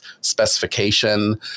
specification